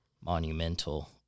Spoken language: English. monumental